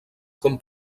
com